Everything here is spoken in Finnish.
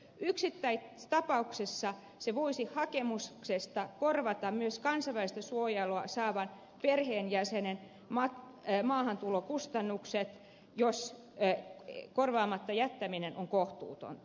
yksittäistapauksessa se voisi hakemuksesta korvata myös kansainvälistä suojelua saavan perheenjäsenen maahantulokustannukset jos korvaamatta jättäminen on kohtuutonta